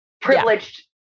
privileged